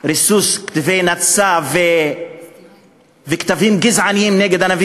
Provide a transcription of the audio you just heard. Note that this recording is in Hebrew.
ריסוס כתבי נאצה וכתובות גזעניות נגד הנביא